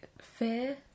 Fear